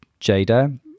jada